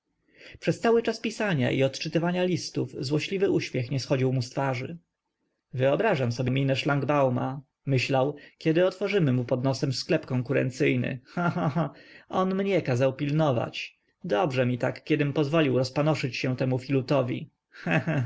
przez cały czas pisania i odczytywania listów złośliwy uśmiech nie schodził mu z twarzy wyobrażam sobie minę szlangbauma myślał kiedy otworzymy mu pod nosem sklep konkurencyjny he he he on mnie kazał pilnować dobrze mi tak kiedym pozwolił rozpanoszyć się temu filutowi he he he